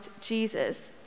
Jesus